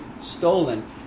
stolen